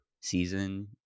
season